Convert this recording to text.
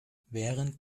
während